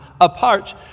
apart